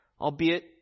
albeit